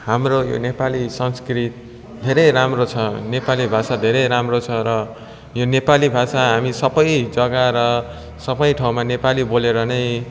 हाम्रो यो नेपाली संस्कृत धेरै राम्रो छ नेपाली भाषा धेरै राम्रो छ र यो नेपाली भाषा हामी सबै जग्गा र सबै ठाउँमा नेपाली बोलेर नै